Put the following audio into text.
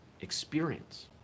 experience